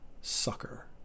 sucker